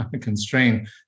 constraint